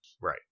Right